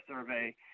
survey